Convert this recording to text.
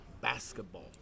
basketball